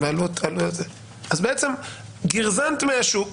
אז בעצם גרזנת מהשוק